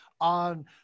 on